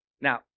Now